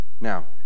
Now